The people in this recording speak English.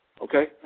okay